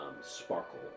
sparkle